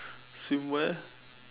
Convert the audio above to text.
swimwear